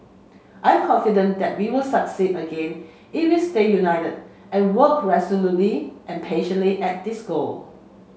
I am confident that we will succeed again if we stay united and work resolutely and patiently at this goal